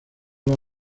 los